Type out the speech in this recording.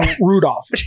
Rudolph